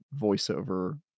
voiceover